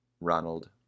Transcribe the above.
Ronald